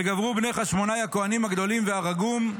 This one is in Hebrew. וגברו בני חשמונאי הכהנים הגדולים והרגום,